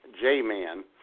J-Man